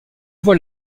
voit